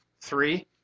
three